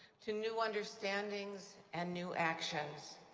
to new understandings and new actions.